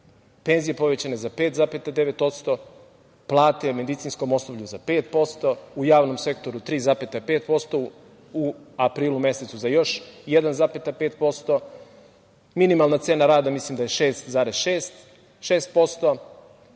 penzije povećane za 5,9%, plate medicinskom osoblju za 5%, u javnom sektoru 3,5%, u aprilu mesecu za još 1,5%. Minimalna cena rada mislim da je 6,6%.Sa